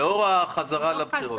לאור החזרה לבחירות.